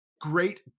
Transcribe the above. great